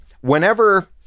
whenever